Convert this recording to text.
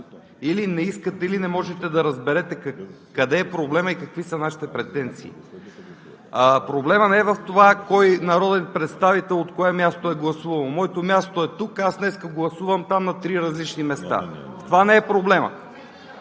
или не искате, или не можете да разберете къде е проблемът и какви са нашите претенции. Проблемът не е в това кой народен представител от кое място е гласувал. Моето място е тук, аз днес гласувам там на три различни места. В това не е проблемът.